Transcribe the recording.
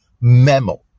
memo